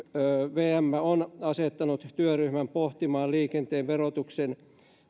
vm on asettanut työryhmän pohtimaan liikenteen verotuksen